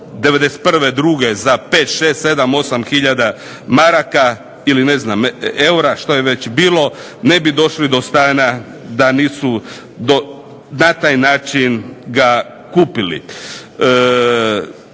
'91., druge za pet, šest, sedam, osam hiljada maraka ili ne znam eura što je već bilo ne bi došli do stana da nisu na taj način ga kupili.